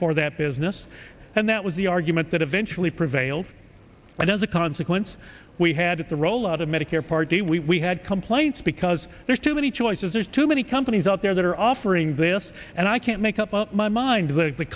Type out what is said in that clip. for that business and they it was the argument that eventually prevailed and as a consequence we had with the rollout of medicare part d we had complaints because there's too many choices there's too many companies out there that are offering this and i can't make up my mind that